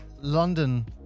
London